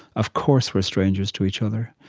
of course, we're strangers to each other.